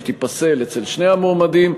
שתיפסל אצל שני המועמדים,